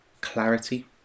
clarity